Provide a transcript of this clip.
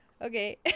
okay